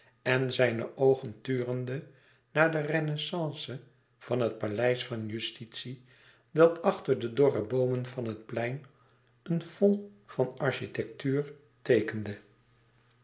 en zijne oogen turende naar de renaissance van het paleis van justitie dat achter de dorre boomen van het plein een fond van architectuur teekende